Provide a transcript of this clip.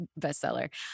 bestseller